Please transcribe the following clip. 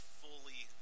fully